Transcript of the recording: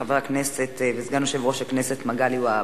חבר הכנסת וסגן יושב-ראש הכנסת מגלי והבה.